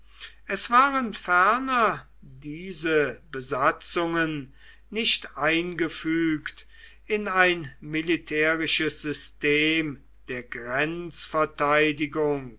es waren ferner diese besatzungen nicht eingefügt in ein militärisches system der